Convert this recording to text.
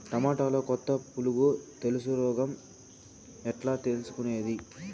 టమోటాలో కొత్త పులుగు తెలుసు రోగం ఎట్లా తెలుసుకునేది?